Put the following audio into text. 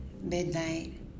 Midnight